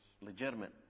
Legitimate